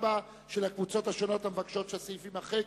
הקבוצות השונות מבקשות שהסעיף יימחק.